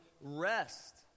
rest